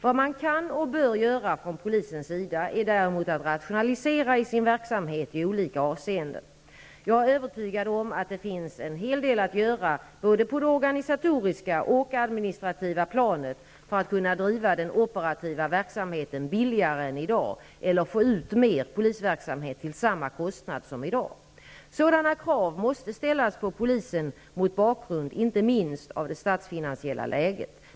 Vad man kan och bör göra från polisens sida är däremot att rationalisera sin verksamhet i olika avseenden. Jag är övertygad om att det finns en hel del att göra både på det organisatoriska och administrativa planet för att kunna driva den operativa verksamheten billigare än i dag eller få ut mer polisverksamhet till samma kostnad som i dag. Sådana krav måste ställas på polisen mot bakgrund inte minst av det statsfinansiella läget.